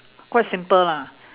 quite simple lah